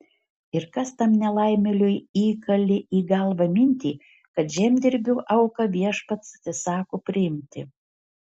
ir kas tam nelaimėliui įkalė į galvą mintį kad žemdirbio auką viešpats atsisako priimti